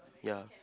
ya